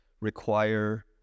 require